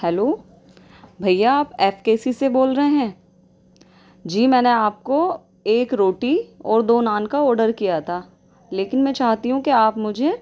hello بھیا آپ F K C سے بول رہے ہیں جی میں نے آپ کو ایک روٹی اور دو نان کا آڈر کیا تھا لیکن میں چاہتی ہوں کہ آپ مجھے